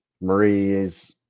Marie's